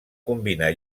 combinar